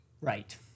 Right